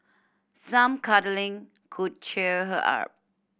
some cuddling could cheer her up